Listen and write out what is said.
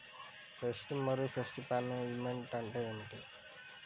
Pest మరియు pest management అంటే ఏమిటి?